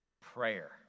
Prayer